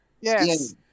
Yes